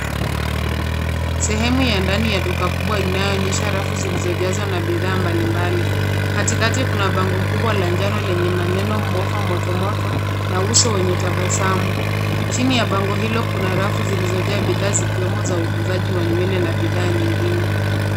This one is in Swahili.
Sehemu ya ndani ya duka kubwa inayoonyesha rafu zilizo jazwa na bidhaa mbali mbali katikati kuna bango kubwa la njano lenye maneno moto moto na uso wenye tabasamu. Chini ya bango hilo kuna rafu zilizojaa bidhaa zikiwemo za utunzaji wa nywele na bidhaa zingine.